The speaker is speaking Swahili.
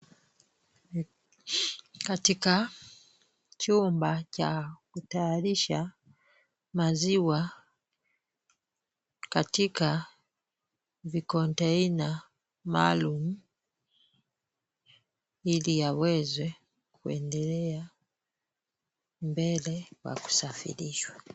Katika chumba cha kutayarisha maziwa katika vikontena maalum ili yaweze kuendelea mbele pa kusafirishwa.